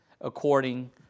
according